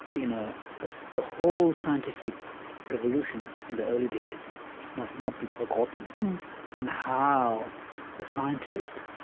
you know, the the whole scientific revolution in the early days must not be forgotten and how the scientist,